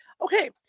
Okay